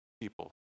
people